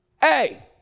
Hey